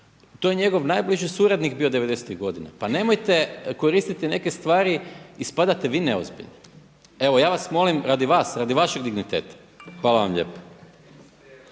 to je njegov najbliži suradnik bio devedesetih godina. Pa nemojte koristiti neke stvari ispadate vi neozbiljni. Evo ja vas molim radi vas, radi vašeg digniteta. Hvala vam lijepo.